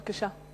בבקשה.